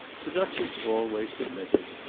the duchess always submitted,